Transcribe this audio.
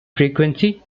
frequency